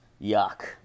yuck